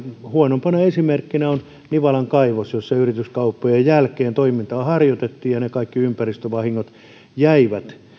huonoimpana esimerkkinä on nivalan kaivos jossa yrityskauppojen jälkeen toimintaa harjoitettiin ja ne kaikki ympäristövahingot jäivät